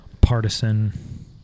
partisan